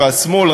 והשמאל,